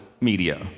media